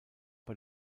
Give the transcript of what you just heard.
bei